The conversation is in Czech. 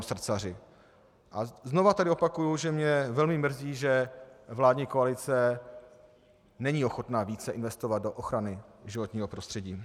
A znovu tedy opakuji, že mě velmi mrzí, že vládní koalice není ochotna více investovat do ochrany životního prostředí.